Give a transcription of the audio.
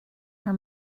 her